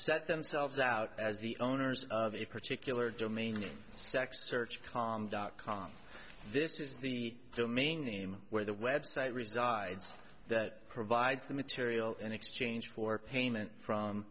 set themselves out as the owners of a particular domain name sex search com dot com this is the domain name where the website resides that provides the material in exchange for payment from